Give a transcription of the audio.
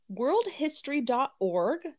worldhistory.org